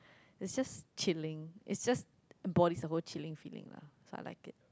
it's just chilling it just embodies the whole chilling feeling lah so I like it